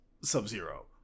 Sub-Zero